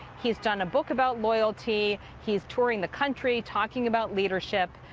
he has done a book about loyalty. he is touring the country talking about leadership.